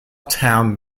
town